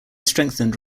strengthened